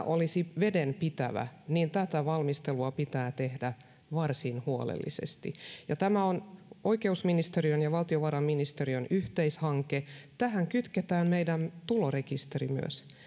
olisi vedenpitävä niin tätä valmistelua pitää tehdä varsin huolellisesti tämä on oikeusministeriön ja valtiovarainministeriön yhteishanke tähän kytketään myös meidän tulorekisterimme